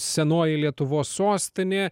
senoji lietuvos sostinė